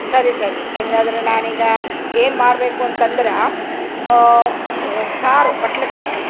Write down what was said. ಸರಿ ಸರಿ ಹಿಂಗಾದ್ರ್ ನಾನೀಗ ಏನು ಮಾಡಬೇಕು ಅಂತಂದ್ರ ಸಾರು ಬಟ್ಲಕ್ಕೆ ಹಾಕ್ರಿ